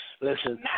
Listen